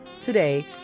Today